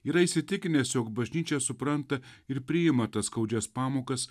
yra įsitikinęs jog bažnyčia supranta ir priima tas skaudžias pamokas